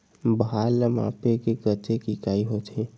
भार ला मापे के कतेक इकाई होथे?